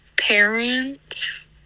parents